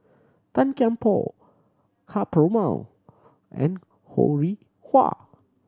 Tan Kian Por Ka Perumal and Ho Rih Hwa